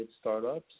startups